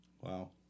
Wow